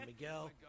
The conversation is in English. Miguel